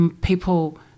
people